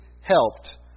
helped